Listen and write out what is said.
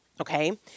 Okay